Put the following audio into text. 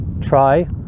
try